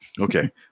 Okay